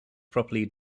properly